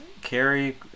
Carrie